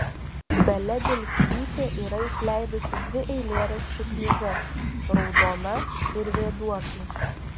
dalia bielskytė yra išleidusi dvi eilėraščių knygas raudona ir vėduoklė